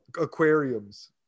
aquariums